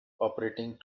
operating